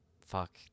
fuck